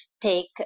take